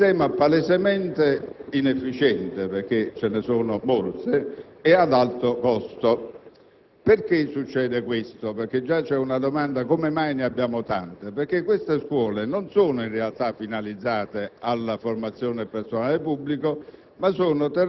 Signor Presidente, io vorrei esprimere il mio consenso alla posizione della Commissione e il mio apprezzamento per il parere del relatore e del Governo.